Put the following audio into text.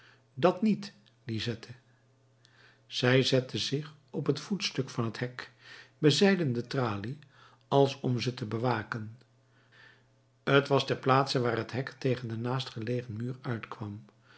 dat niet lizette zij zette zich op het voetstuk van het hek bezijden de tralie als om ze te bewaken t was ter plaatse waar het hek tegen den naastgelegen muur uitkwam